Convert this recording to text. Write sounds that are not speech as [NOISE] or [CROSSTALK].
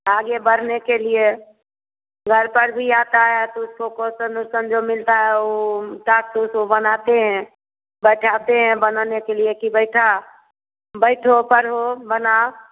आगे बढ़ने के लिए घर पर भी आता है तो उसको कोस्चन ओस्चन जो मिलता है वो [UNINTELLIGIBLE] बनाते हैं बैठाते हैं बनाने के लिए कि बैठा बैठो पढ़ो बनाओ